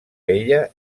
ella